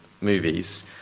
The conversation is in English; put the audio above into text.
movies